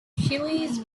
chiles